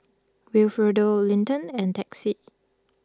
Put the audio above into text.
Wilfredo Linton and Texie